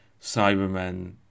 Cybermen